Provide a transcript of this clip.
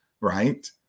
right